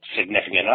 significant